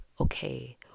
okay